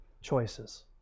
Choices